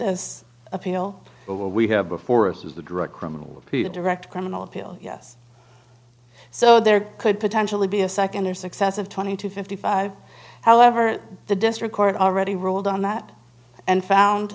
what we have before us is the direct criminal peeta direct criminal appeal yes so there could potentially be a second or successive twenty to fifty five however the district court already ruled on that and found